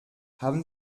haben